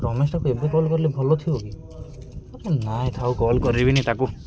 ରମେଶଟାକୁ ଏବେ କଲ୍ କଲେ ଭଲଥିବ କି ନାଇଁ ଥାଉ କଲ୍ କରିବିନି ତାକୁ